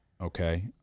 Okay